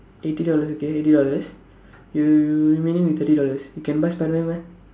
eighty dollars okay eighty dollars you remaining with thirty dollars you can buy Spiderman meh